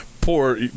poor